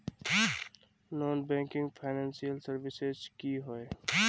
Non banking financial services की होय?